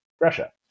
Russia